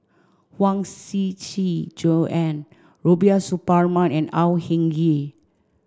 Huang Shiqi Joan Rubiah Suparman and Au Hing Yee